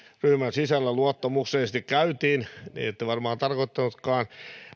ryhmän sisällä luottamuksellisesti käytiin niin ette varmaan tarkoittanutkaan